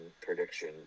prediction